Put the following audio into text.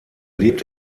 lebt